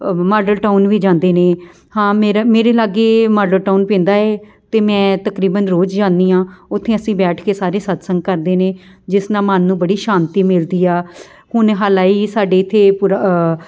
model Town ਵੀ ਜਾਂਦੇ ਨੇ ਹਾਂ ਮੇਰਾ ਮੇਰੇ ਲਾਗੇ ਮਾਡਲ ਟਾਊਨ ਪੈਂਦਾ ਏ ਅਤੇ ਮੈਂ ਤਕਰੀਬਨ ਰੋਜ਼ ਜਾਂਦੀ ਹਾਂ ਉੱਥੇ ਅਸੀਂ ਬੈਠ ਕੇ ਸਾਰੇ ਸਤਸੰਗ ਕਰਦੇ ਨੇ ਜਿਸ ਨਾਲ ਮਨ ਨੂੰ ਬੜੀ ਸ਼ਾਂਤੀ ਮਿਲਦੀ ਆ ਹੁਣ ਹਲਾਂ ਹੀ ਸਾਡੇ ਇੱਥੇ ਪੂਰਾ